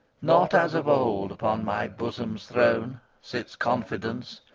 not as of old upon my bosom's throne sits confidence,